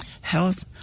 health